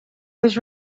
was